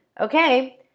Okay